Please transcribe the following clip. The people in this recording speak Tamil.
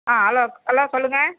ஆ ஹலோ ஹலோ சொல்லுங்கள்